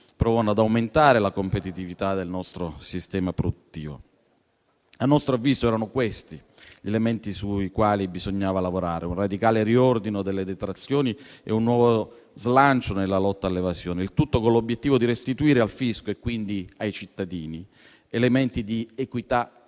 provano ad aumentare la competitività del nostro sistema produttivo. A nostro avviso, erano questi gli elementi sui quali bisognava lavorare: un radicale riordino delle detrazioni e un nuovo slancio nella lotta all'evasione; il tutto con l'obiettivo di restituire al fisco e quindi ai cittadini elementi di equità e